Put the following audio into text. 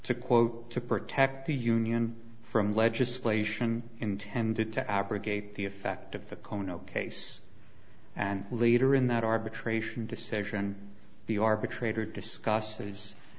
quote to protect the union from legislation intended to abrogate the effect of the kono case and later in that arbitration decision the arbitrator discusses